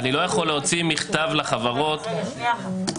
אני לא יכול להוציא מכתב לחברות --- שנייה אחת.